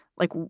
like,